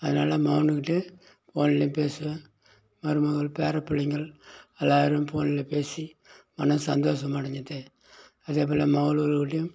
அதனால மவனுக்கிட்டே போன்ல பேசுவேன் மருமகள் பேரப்பிள்ளைங்கள் எல்லாரும் போனில் பேசி மனசு சந்தோஷமடைஞ்சிது அதேப்போல் மவலுவோல்ட்டையும்